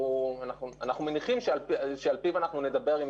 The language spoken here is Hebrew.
אני רוצה לחדד משהו בנוגע לתקציב של